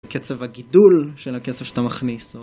קצב הגידול של הכסף שאתה מכניס או